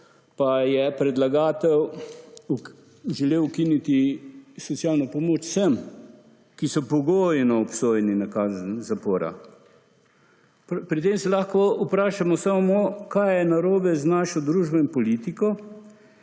pa je predlagatelj želel ukiniti socialno pomoč vsem, ki so pogojno obsojeni na kazen zapora. Pri tem se lahko vprašamo samo kaj je narobe z našo družbo in politiko,